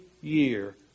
year